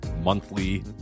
Monthly